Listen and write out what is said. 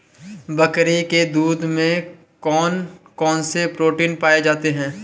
बकरी के दूध में कौन कौनसे प्रोटीन पाए जाते हैं?